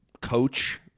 coach